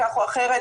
כך או אחרת,